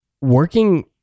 Working